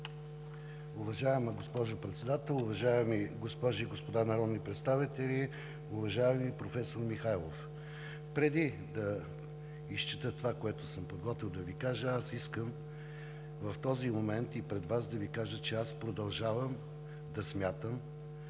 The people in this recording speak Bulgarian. Уважаема госпожо Председател, уважаеми госпожи и господа народни представители! Уважаеми професор Михайлов, преди да изчета това, което съм подготвил да Ви кажа, аз искам в този момент и пред Вас да кажа, че аз продължавам да смятам,